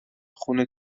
خونه